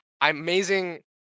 amazing